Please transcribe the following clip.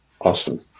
Awesome